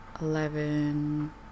eleven